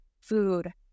food